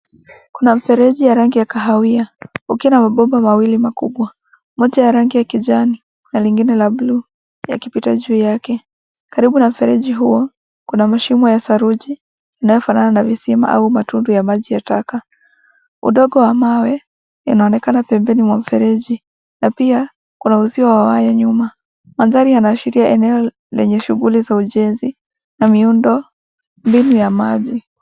Kuna mfereji ya rangi ya kahawia ukiwa na mabomba mawili makubwa, moja ya rangi ya kijani na lingine ya buluu yakipita juu yake. Karibu na mfereji huo kuna mashimo ya saruji yanayofanana na kisima au matundu ya maji ya taka, udongo wa mawe unaonekana pembeni mwa mfereji na pia kuna uzio wa waya nyuma, mandhari yanaashiria eneo lenye shughuli za ujenzi na miundo mbinu ya maji.